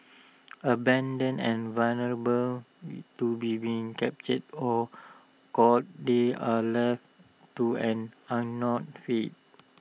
abandoned and vulnerable to being captured or culled they are left to an unknown fate